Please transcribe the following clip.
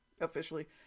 officially